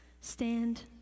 stand